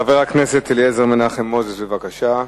חבר הכנסת אליעזר מנחם מוזס, בבקשה.